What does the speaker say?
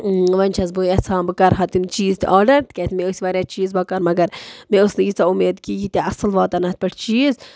وۄنۍ چھَس بہٕ یَژھان بہٕ کَرٕہا تِم چیٖز تہِ آرڈَر تکیازِ مےٚ ٲسۍ واریاہ چیٖز بَکار مگر مےٚ ٲس نہٕ ییٖژاہ اُمید کہِ ییٖتیاہ اَصٕل واتان اَتھ پٮ۪ٹھ چیٖز